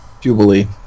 Jubilee